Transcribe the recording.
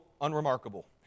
unremarkable